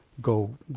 go